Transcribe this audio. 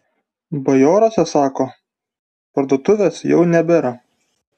bajoruose sako parduotuvės jau nebėra